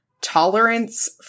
tolerance